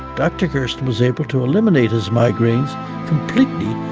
dr. gerson was able to eliminate his migraines completely,